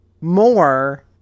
more